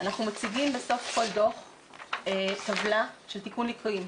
אנחנו מציגים בסוף כל דוח טבלה של תיקון ליקויים.